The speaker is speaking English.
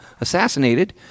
assassinated